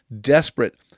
desperate